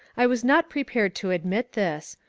i was not prepared to admit this,